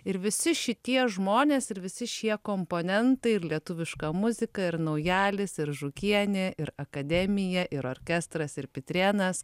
ir visi šitie žmonės ir visi šie komponentai ir lietuviška muzika ir naujalis ir žukienė ir akademija ir orkestras ir pitrėnas